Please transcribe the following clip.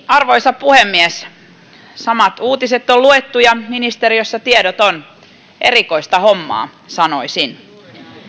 arvoisa puhemies samat uutiset on luettu ja ministeriössä tiedot on erikoista hommaa sanoisin